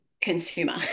consumer